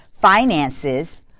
finances